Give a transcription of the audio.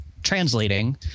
translating